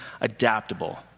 adaptable